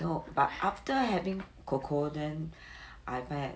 no but after coco then I find that